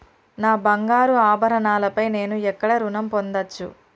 నా బంగారు ఆభరణాలపై నేను ఎక్కడ రుణం పొందచ్చు?